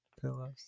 pillows